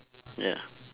ya